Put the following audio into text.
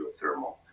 geothermal